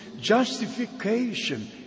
justification